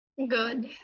good